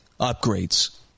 upgrades